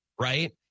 right